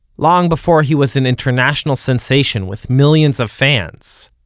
long before he was an international sensation with millions of fans,